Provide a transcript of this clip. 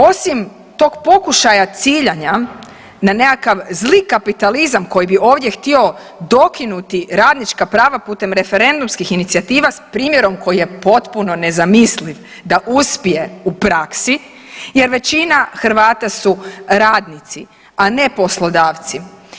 Osim tog pokušaja ciljanja na nekakav zli kapitalizam koji bi ovdje htio dokinuti radnička prava putem referendumskih inicijativa s primjerom koji je potpuno nezamisliv da uspije u praksi jer većina Hrvata su radnici, a ne poslodavci.